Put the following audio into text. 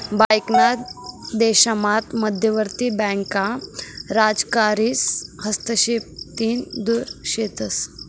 बाकीना देशामात मध्यवर्ती बँका राजकारीस हस्तक्षेपतीन दुर शेतस